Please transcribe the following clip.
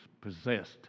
possessed